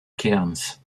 cairns